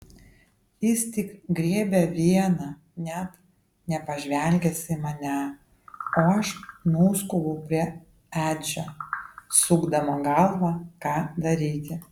jis tik griebia vieną net nepažvelgęs į mane o aš nuskubu prie edžio sukdama galvą ką daryti